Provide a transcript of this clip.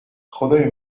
خدای